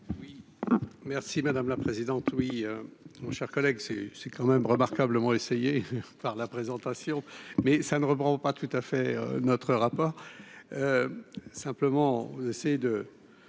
Merci madame la présidente, oui mon cher collègue, c'est, c'est quand même remarquablement essayer par la présentation, mais ça ne reprend pas tout à fait notre rapport